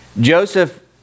Joseph